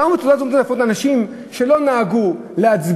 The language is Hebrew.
באו עם תעודות זהות מזויפות של אנשים שלא נהגו להצביע,